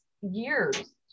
years